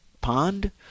pond